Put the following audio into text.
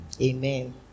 Amen